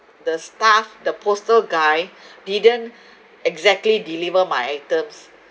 the staff the postal guy didn't exactly deliver my items